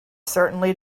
certainly